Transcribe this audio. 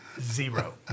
Zero